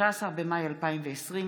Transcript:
13 במאי 2020,